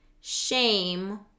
shame